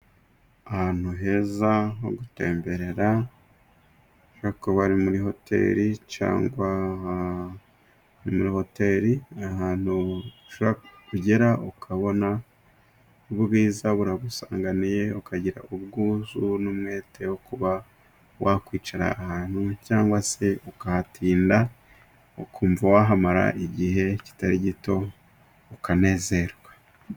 Ahantu heza ho gutemberera nko ku bari muri hoteri cyangwa muri hotel. Ahantu ugera ukabona ubwiza buragusanganiye, ukagira ubwuzu n'umwete wo kuba wakwicara ahantu cyangwa se ukahatinda, ukumva wahamara igihe kitari gito ukanezerwa.